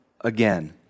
again